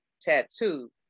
tattoo